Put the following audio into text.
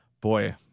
Boy